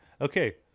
okay